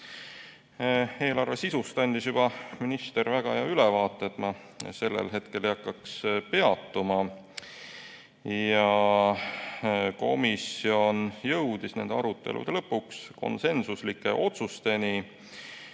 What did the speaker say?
Eelarve sisust andis minister juba väga hea ülevaate, ma sellel ei hakkaks peatuma. Komisjon jõudis nende arutelude lõpuks konsensuslike otsusteni,